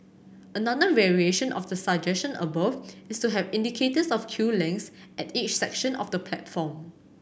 another variation of the above is to have indicators of queue lengths at each section of the platform